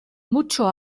mucho